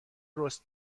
رست